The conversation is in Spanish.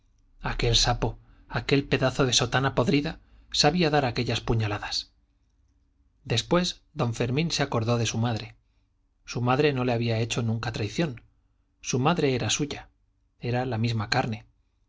aquel sapo aquel pedazo de sotana podrida sabía dar aquellas puñaladas después don fermín se acordó de su madre su madre no le había hecho nunca traición su madre era suya era la misma carne